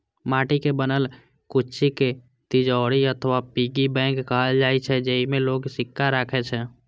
माटिक बनल फुच्ची कें तिजौरी अथवा पिग्गी बैंक कहल जाइ छै, जेइमे लोग सिक्का राखै छै